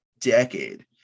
decade